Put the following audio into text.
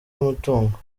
y’umutungo